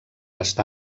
està